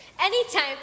Anytime